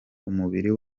umubiri